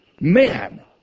Man